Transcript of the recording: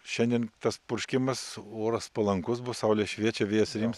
šiandien tas purškimas oras palankus bus saulė šviečia vėjas rimsta